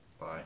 Bye